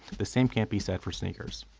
the same can't be said for sneakers.